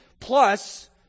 plus